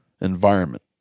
environment